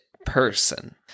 person